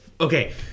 Okay